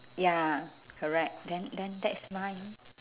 ya correct then then that is mine